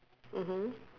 mmhmm